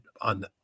on